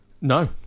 No